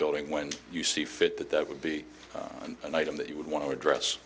building when you see fit that that would be an item that you would want to address